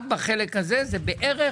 רק בחלק הזה זה בערך